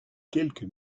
quelques